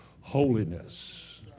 holiness